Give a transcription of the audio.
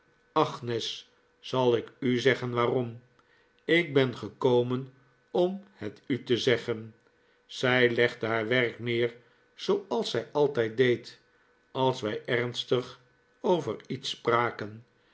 zal ik u zeggen waarom ik ben gekomen om het u te zeggen zij legde haar werk neef zooals zij altijd deed als wij ernstig over iets spraken